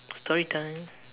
story time